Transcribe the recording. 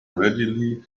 readily